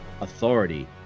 authority